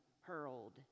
hurled